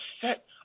set